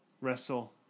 Wrestle